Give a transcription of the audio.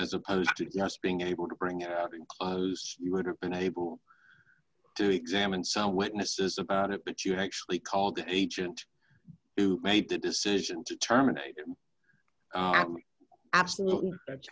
opposed to just being able to bring it you would have been able to examine some witnesses about it but you actually called the agent who made the decision to terminate it absolutely